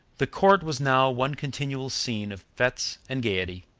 the court was now one continual scene of fetes and gayety.